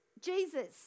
Jesus